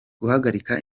guhagarika